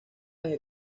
desde